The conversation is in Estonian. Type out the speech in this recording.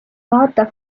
vaata